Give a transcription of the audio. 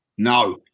No